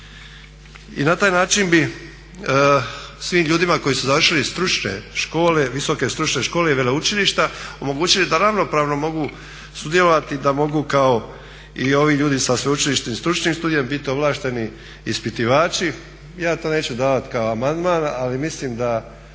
I na taj način bi svim ljudima koji su završili stručne škole, visoke stručne škole i veleučilišta omogućili da ravnopravno mogu sudjelovati, da mogu kao i ovi ljudi sa sveučilišnim stručnim studijem biti ovlašteni ispitivači. Ja to neću davati kao amandman ali mislim da